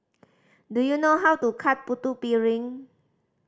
do you know how to cook Putu Piring